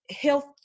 health